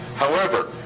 however,